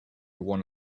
won